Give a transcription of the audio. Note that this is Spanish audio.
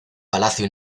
palacio